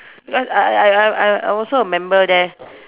because I I I I I also a member there